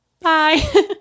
Bye